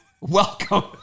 Welcome